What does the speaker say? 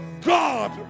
God